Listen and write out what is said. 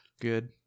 Good